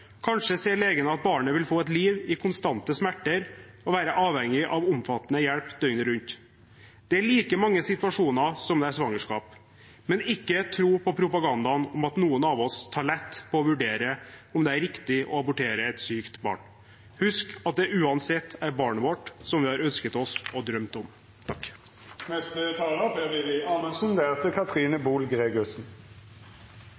Kanskje har de et handikappet barn fra før, kanskje ser legen at barnet vil få et liv i konstante smerter og være avhengig av omfattende hjelp døgnet rundt. Det er like mange situasjoner som det er svangerskap, men ikke tro på propagandaen om at noen av oss tar lett på å vurdere om det er riktig å abortere et sykt barn. Husk at det uansett er barnet vårt som vi har ønsket oss og drømt om.